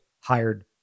hired